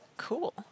cool